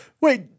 Wait